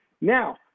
Now